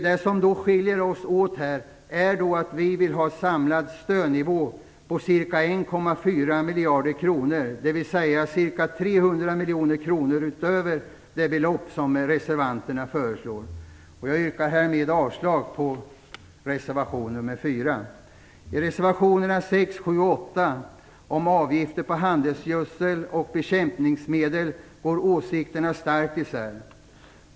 Det som skiljer oss åt är att vi vill ha en samlad stödnivå på ca 1,4 miljarder kronor, dvs. ca 300 miljoner kronor utöver det belopp som reservanterna föreslår. Jag yrkar härmed avslag på reservation nr 4. I reservationerna nr 6, 7 och 8 om avgifter på handelsgödsel och bekämpningsmedel går åsikterna starkt isär.